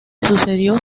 sucedió